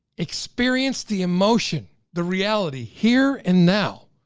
experience the emotion, the reality here and now,